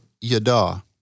yada